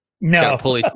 No